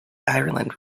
ireland